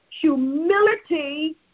Humility